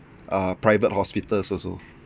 uh private hospitals also